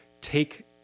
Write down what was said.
take